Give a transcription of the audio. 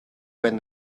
when